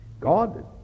God